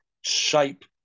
shape